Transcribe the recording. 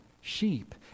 sheep